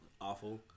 Awful